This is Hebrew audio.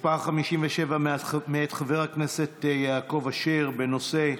57, מאת חבר הכנסת יעקב אשר, בנושא: